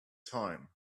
time